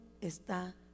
está